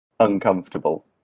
uncomfortable